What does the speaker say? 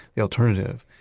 the alternative.